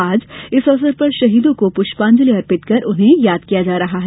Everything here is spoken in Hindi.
आज इस अवसर पर शहीदों को पुष्पांजलि अर्पित कर उन्हें याद किया जा रहा है